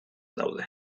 daude